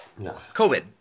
covid